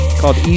called